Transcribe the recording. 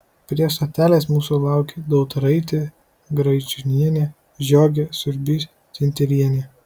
prie stotelės mūsų laukė dautaraitė graičiūnienė žiogė siurbis tinterienė